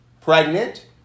pregnant